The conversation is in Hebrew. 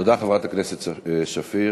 תודה, חברת הכנסת שפיר.